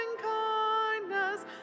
kindness